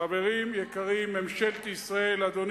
שיוכל באמת לפקח על כך שאותם עובדים זרים יחזרו בזמן ובמועד